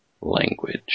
language